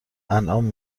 انعام